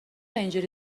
اینجوری